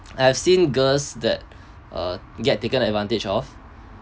I have seen girls that uh get taken advantage of